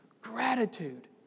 Gratitude